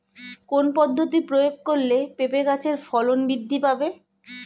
কোন পদ্ধতি প্রয়োগ করলে পেঁপে গাছের ফলন বৃদ্ধি পাবে?